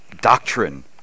doctrine